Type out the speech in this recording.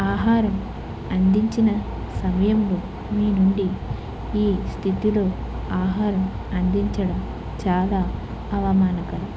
ఆహారం అందించిన సమయంలో మీ నుండి ఈ స్థితిలో ఆహారం అందించడం చాలా అవమానకరం